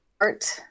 art